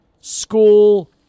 school